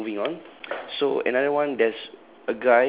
okay moving on so another one there's